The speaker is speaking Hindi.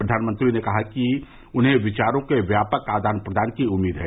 प्रधानमंत्री ने कहा कि उन्हें विचारों के व्यापक आदान प्रदान की उम्मीद है